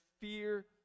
fear